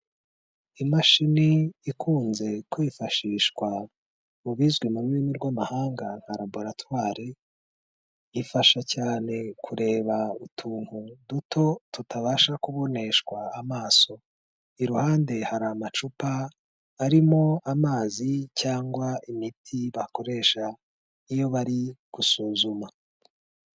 Imashini ikunze kwifashishwa mu bizwi mu rurimi rw'amahanga nka raboratwari ifasha cyane kureba utuntu duto tutabasha kuboneshwa amaso, iruhande hari amacupa arimo amazi cyangwa imiti bakoresha iyo bari gusuzuma.